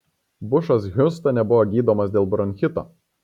bušas hiūstone buvo gydomas dėl bronchito